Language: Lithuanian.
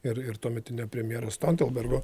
ir ir tuometinio premjero stoltenbergo